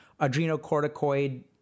adrenocorticoid